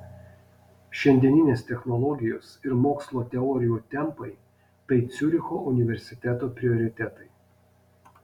šiandieninės technologijos ir mokslo teorijų tempai tai ciuricho universiteto prioritetai